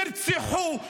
נרצחו,